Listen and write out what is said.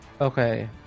Okay